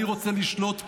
אני רוצה לשלוט פה?